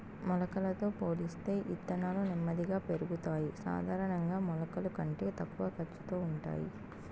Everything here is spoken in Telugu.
మొలకలతో పోలిస్తే ఇత్తనాలు నెమ్మదిగా పెరుగుతాయి, సాధారణంగా మొలకల కంటే తక్కువ ఖర్చుతో ఉంటాయి